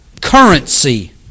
currency